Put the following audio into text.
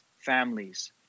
families